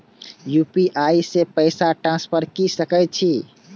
UPI से पैसा transfer की सके छी?